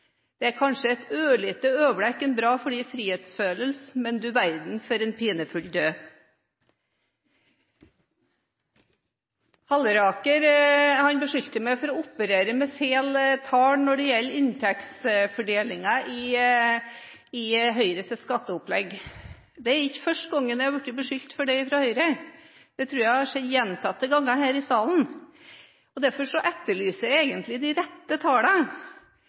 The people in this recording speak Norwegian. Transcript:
kanskje et ørlite øyeblikk bra for deres frihetsfølelse, men du verden for en pinefull død. Representanten Halleraker beskyldte meg for å operere med feil tall når det gjelder inntektsfordelingen i Høyres skatteopplegg. Det er ikke første gangen jeg har blitt beskyldt for det av Høyre. Det tror jeg har skjedd gjentatte ganger her i salen, og derfor etterlyser jeg de rette tallene.